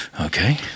Okay